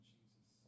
Jesus